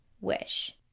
Wish